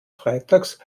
freitags